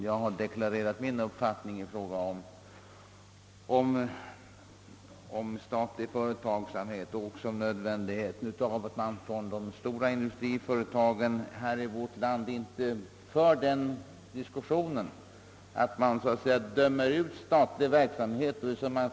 Jag har deklarerat min uppfattning om statlig företagsamhet och om nödvändigheten av att de stora industriföretagen i vårt land inte dömer ut statlig verksamhet.